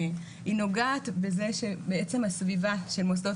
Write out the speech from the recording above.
היא נוגעת בזה שבעצם הסביבה של מוסדות